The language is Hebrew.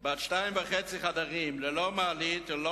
בת שניים וחצי חדרים ללא מעלית וללא